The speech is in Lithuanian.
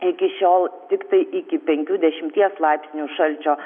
iki šiol tiktai iki penkių dešimties laipsnių šalčio